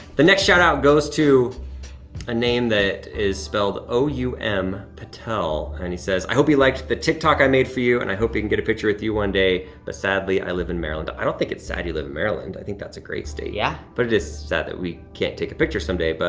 the next shout-out goes to a name that is spelled, o u m patel, and he says, i hope you liked the tik tok i made for you, and i hope we can get a picture with you one day, but sadly, i live in maryland. i don't think it's sad you live in maryland. i think that's a great state. yeah. but it is sad that we can't take a picture someday, but